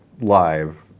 live